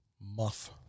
muff